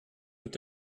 mit